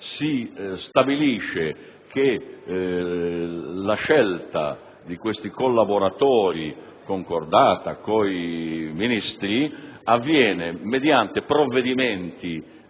invece che la scelta di questi collaboratori, concordata con i Ministri, avvenga mediante provvedimenti